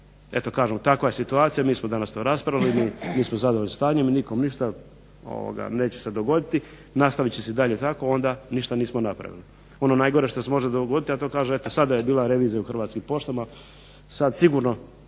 eto kažem takva je danas situacija mi smo danas to raspravljali mi smo zadovoljni stanjem i nikom ništa neće se dogoditi nastavit će se i dalje tako onda ništa nismo napravili. Ono najgore što se može dogoditi a to kaže eto sada je bila revizija u Hrvatskim poštama sada sigurno